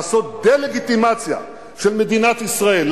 לעשות דה-לגיטימציה של מדינת ישראל,